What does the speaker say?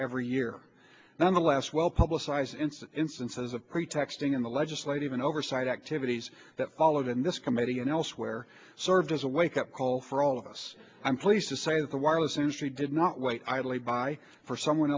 every year and in the last well publicized since instances of pretexting in the legislative and oversight activities that followed in this committee and elsewhere serves as a wake up call for all of us i'm pleased to say that the wireless industry did not wait idly by for someone